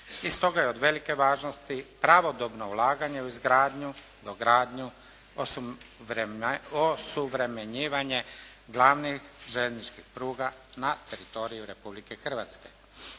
I stoga je od velike važnosti pravodobno ulaganje u izgradnju, dogradnju, osuvremenjivanje glavnih željezničkih pruga na teritoriju Republike Hrvatske.